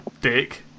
dick